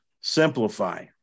Simplify